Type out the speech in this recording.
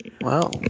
Wow